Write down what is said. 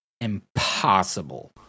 impossible